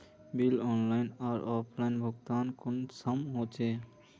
Bill online आर offline भुगतान कुंसम होचे?